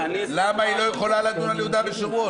למה היא לא יכולה לדון על יהודה ושומרון?